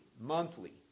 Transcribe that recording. monthly